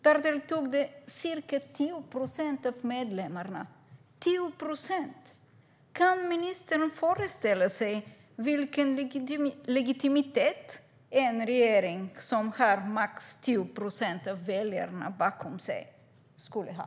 Där deltog ca 10 procent av medlemmarna - 10 procent! Kan ministern föreställa sig vilken legitimitet en regering som har max 10 procent av väljarna bakom sig skulle ha?